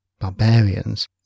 barbarians